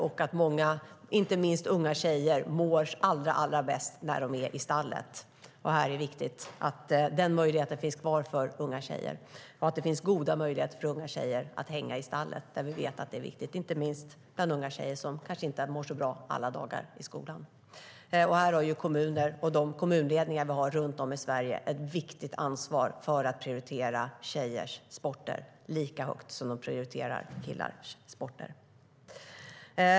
Många och inte minst unga tjejer mår allra bäst när de är i stallet. Här är det viktigt att den möjligheten finns kvar för unga tjejer och att det finns goda möjligheter för unga tjejer att hänga i stallet. Vi vet att det är viktigt inte minst bland unga tjejer som kanske inte mår så bra alla dagar i skolan. Här har kommuner och de kommunledningar vi har runt om i Sverige ett viktigt ansvar för att prioritera tjejers sporter lika högt som de prioriterar killars sporter.